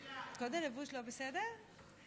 קוד הלבוש לא בסדר?